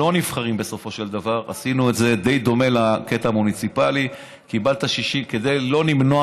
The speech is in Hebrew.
נבחרים בסופו של דבר די דומה לקטע המוניציפלי כדי לא למנוע